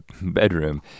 bedroom